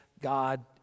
God